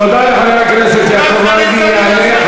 תודה לחבר הכנסת יעקב מרגי.